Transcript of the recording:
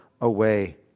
away